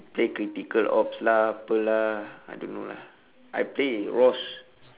play critical ops lah apa lah I don't know lah I play rose